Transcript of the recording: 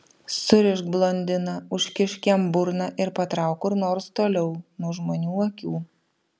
surišk blondiną užkišk jam burną ir patrauk kur nors toliau nuo žmonių akių